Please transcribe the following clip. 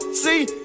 see